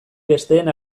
besteen